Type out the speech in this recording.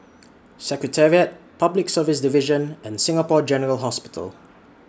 Secretariat Public Service Division and Singapore General Hospital